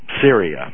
Syria